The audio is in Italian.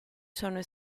sono